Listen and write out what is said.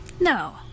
No